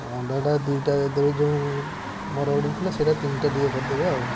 ଅଣ୍ଡାଟା ଦୁଇଟା ଦେବେ ଯେଉଁ ମୋର ଅର୍ଡ଼ର ଥିଲା ସେଇଟା ତିନିଟା ଟିକେ କରିଦେବେ ଆଉ